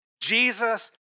Jesus